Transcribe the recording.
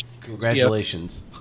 Congratulations